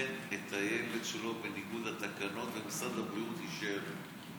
חיסן את הילד שלו בניגוד לתקנות ומשרד הבריאות אישר לו?